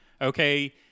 Okay